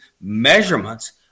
measurements